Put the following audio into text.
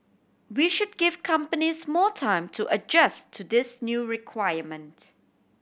we should give companies more time to adjust to this new requirement